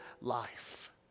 life